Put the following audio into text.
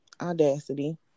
audacity